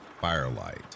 firelight